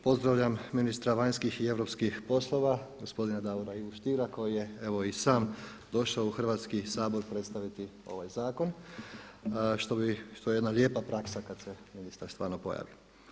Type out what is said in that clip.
Pozdravljam ministra vanjskih i europskih poslova gospodina Davora Ivu Stiera koji je evo i sam došao u Hrvatski sabor predstaviti ovaj zakon, što je jedna lijepa praksa kada se ministar stvarno pojavi.